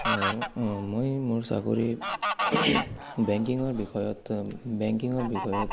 আৰু মই মোৰ চাকৰি বেংকিঙৰ বিষয়ত বেংকিঙৰ বিষয়ত